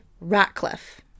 Ratcliffe